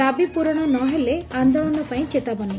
ଦାବି ପୂରଣ ନ ହେଲେ ଆନ୍ଦୋଳନ ପାଇଁ ଚେତାବନୀ